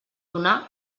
donar